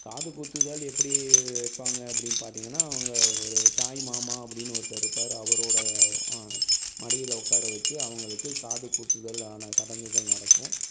காது குத்துதல் எப்படி வைப்பாங்க அப்படின்னு பார்த்திங்கன்னா அவங்க ஒரு தாய் மாமா அப்படின்னு ஒருத்தர் இருப்பார் அவரோடய மடியில் உட்கார வச்சு அவர்களுக்கு காது குத்துதல்லான சடங்குகள் நடக்கும்